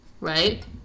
Right